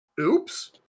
Oops